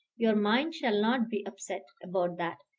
your mind shall not be upset about that,